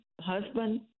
husband